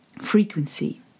frequency